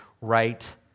right